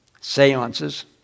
Seances